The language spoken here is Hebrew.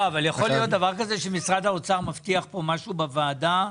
להיות שמשרד האוצר מבטיח משהו בוועדה,